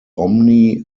omni